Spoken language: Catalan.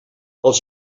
els